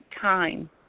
time